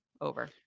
over